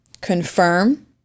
confirm